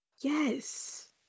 Yes